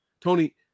Tony